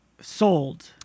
sold